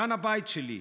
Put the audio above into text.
כאן הבית שלי.